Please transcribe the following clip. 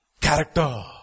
character